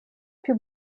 più